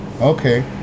Okay